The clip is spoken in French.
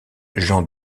jean